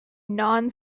non